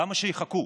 למה שיחכו?